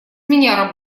меня